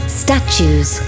statues